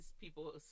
People